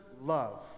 love